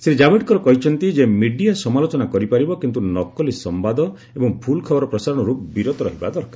ଶ୍ରୀ ଜାଭେଡକର କହିଛନ୍ତି ଯେ ମିଡ଼ିଆ ସମାଲୋଚନା କରିପାରିବ କିନ୍ତୁ ନକଲି ସମ୍ଭାଦ ଏବଂ ଭୁଲ ଖବର ପ୍ରସାରଣରୁ ବିରତ ରହିବା ଦରକାର